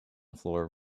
floor